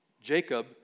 Jacob